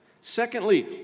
Secondly